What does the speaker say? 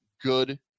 good